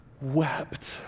Wept